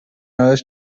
nurse